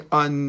on